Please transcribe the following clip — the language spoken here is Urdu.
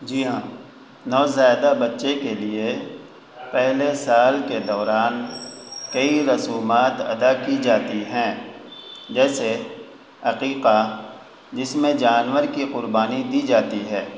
جی ہاں نوزائیدہ بچے کے لیے پہلے سال کے دوران کئی رسومات ادا کی جاتی ہیں جیسے عقیقہ جس میں جانور کی قربانی دی جاتی ہے